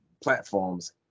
platforms